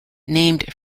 named